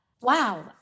wow